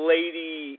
Lady